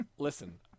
Listen